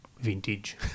vintage